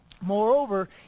Moreover